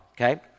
okay